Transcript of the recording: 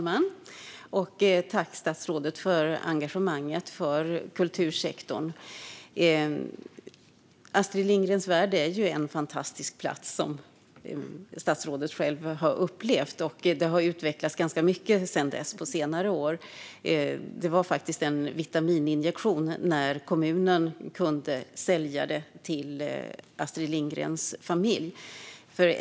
Fru talman! Tack, statsrådet, för engagemanget för kultursektorn! Astrid Lindgrens Värld är ju en fantastisk plats, som statsrådet själv har upplevt. Det har utvecklats ganska mycket sedan dess, på senare år. Det var en vitamininjektion när kommunen kunde sälja det till Astrid Lindgrens familj.